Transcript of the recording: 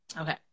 Okay